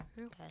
Okay